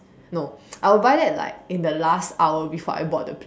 no I would buy that like in the last hour before I board the plane